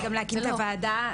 וגם להקים את הוועדה?